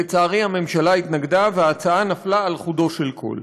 לצערי, הממשלה התנגדה וההצעה נפלה על חודו של קול.